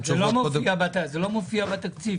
מופיע בתקציב.